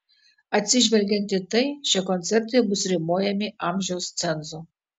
atsižvelgiant į tai šie koncertai bus ribojami amžiaus cenzu